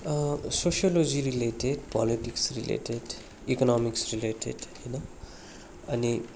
sociology related politics related economics related होइन अनि